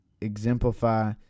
exemplify